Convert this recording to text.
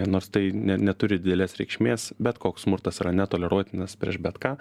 nors tai ne neturi didelės reikšmės bet koks smurtas yra netoleruotinas prieš bet ką